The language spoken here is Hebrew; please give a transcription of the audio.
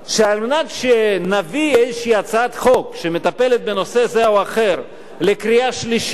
שעל מנת שנביא איזושהי הצעת חוק שמטפלת בנושא זה או אחר לקריאה שלישית,